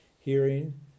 Hearing